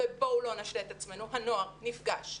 בואו לא נשלה את עצמנו, הנוער נפגש.